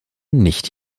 nicht